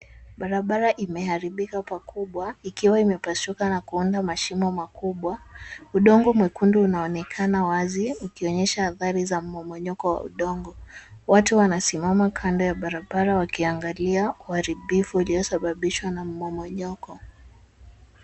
Barabara imeharibika pakubwa, ikiwa imepasuka na kuunda mashimo makubwa. Udongo mwekundu una onekana wazi, ukionyesha athari za momonyoko wa udongo. Watu wanasimama kando ya barabara wakiangalia uharibifu ulio sababishwa na momonyoko.